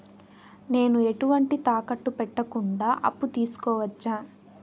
నేను ఎటువంటి తాకట్టు పెట్టకుండా అప్పు తీసుకోవచ్చా?